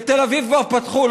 בתל אביב כבר פתחו,